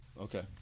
Okay